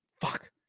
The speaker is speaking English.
Fuck